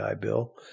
Bill